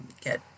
get